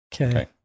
Okay